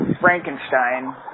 Frankenstein